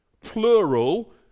plural